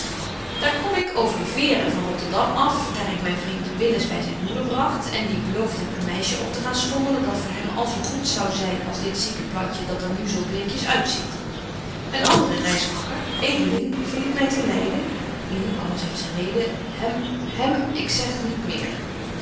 daar kom ik over de veeren van rotterdam af daar ik myn vriend willis by zyn moeder bragt en die ik belooft heb een meisje op te gaan schommelen dat voor hem al zo goed zou zyn als dit zieke platje dat er nu zo bleekjes uitziet myn andere reismakker edeling verliet my te leiden nu alles heeft zyn reden hem hem ik zeg niet meer